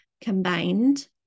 combined